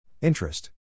Interest